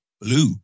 Blue